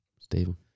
Stephen